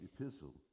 epistle